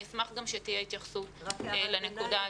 ם אשמח שתהיה התייחסות לנקודה הזאת.